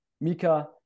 Mika